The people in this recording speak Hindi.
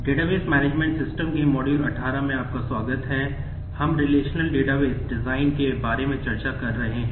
डेटाबेस के बारे में चर्चा कर रहे हैं